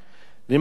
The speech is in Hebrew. למעשה,